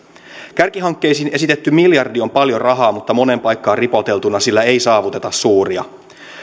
kärkihankkeisiin esitetty miljardi on paljon rahaa mutta moneen paikkaan ripoteltuna sillä ei saavuteta suuria